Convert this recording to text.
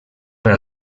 per